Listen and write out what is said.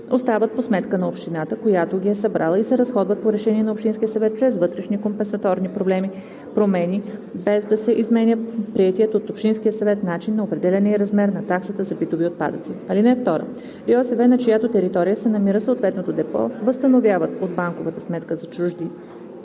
остават по сметка на общината, която ги е събрала и се разходват по решение на общинския съвет чрез вътрешни компенсирани промени, без да се изменя приетият от общинския съвет начин на определяне и размер на таксата за битови отпадъци. (2) РИОСВ, на чиято територия се намира съответното депо, възстановяват от банковата сметка за чужди